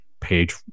page